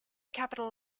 capital